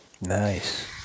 Nice